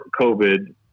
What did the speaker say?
COVID